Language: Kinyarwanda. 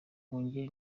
mungire